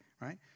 right